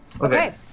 Okay